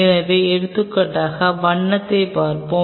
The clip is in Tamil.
எனவே எடுத்துக்காட்டாக வண்ணத்தைப் பார்ப்போம்